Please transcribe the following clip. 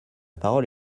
parole